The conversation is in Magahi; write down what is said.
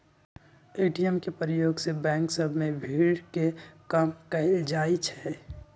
ए.टी.एम के प्रयोग से बैंक सभ में भीड़ के कम कएल जाइ छै